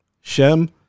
Shem